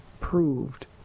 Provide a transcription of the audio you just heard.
Proved